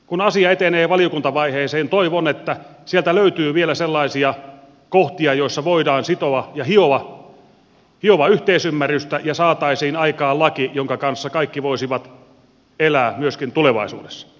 kun asia etenee valiokuntavaiheeseen toivon että sieltä löytyy vielä sellaisia kohtia joissa voidaan hioa yhteisymmärrystä jotta saataisiin aikaan laki jonka kanssa kaikki voisivat elää myöskin tulevaisuudessa